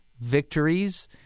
victories